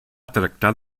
tractar